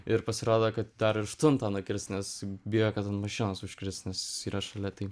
ir pasirodo kad dar aštuntą nukirs nes bijo kad ant mašinos užkris nes yra šalia tai